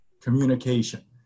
communication